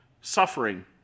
suffering